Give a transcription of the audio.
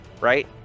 right